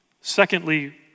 Secondly